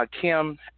Kim